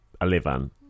eleven